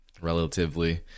relatively